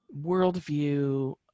worldview